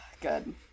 Good